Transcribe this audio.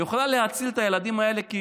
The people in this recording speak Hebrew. היא יכולה להציל את הילדים האלה, כי